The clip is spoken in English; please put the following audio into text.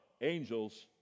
Angels